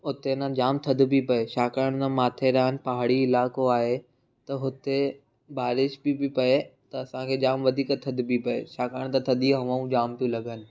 हुते न जाम थधि बि पिए छाकाणि त माथेरान पहाड़ी इलाक़ो आहे त हुते बारिश बि पए त असांखे जाम वधीक थधि बि पए छाकाणि त थधी हवाऊं जाम थियूं लॻनि